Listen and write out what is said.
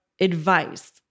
advice